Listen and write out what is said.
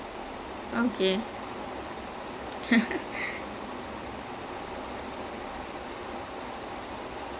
like படத்துல கதையே கிடையாது:padathula kathaiyae kidaiyaathu so it's just him and martin both of them are just joking the whole time